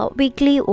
weekly